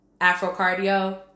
Afrocardio